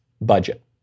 budget